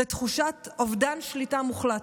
לתחושת אובדן שליטה מוחלט.